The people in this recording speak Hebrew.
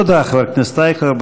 תודה, חבר הכנסת אייכלר.